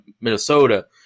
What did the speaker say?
Minnesota